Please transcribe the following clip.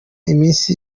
iminsi